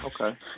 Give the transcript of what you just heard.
Okay